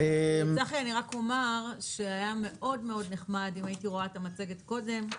אני רק אומר שהיה מאוד מאוד נחמד אם הייתי רואה את המצגת קודם.